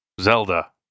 Zelda